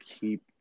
keep